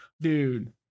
dude